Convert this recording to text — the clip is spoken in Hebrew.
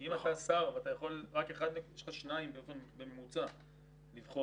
כי אם אתה שר ויש לך שניים בממוצע לבחור,